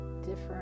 different